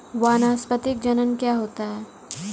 वानस्पतिक जनन क्या होता है?